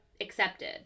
accepted